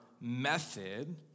method